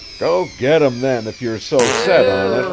go get em then, if you're so set on it!